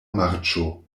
marĉo